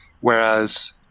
Whereas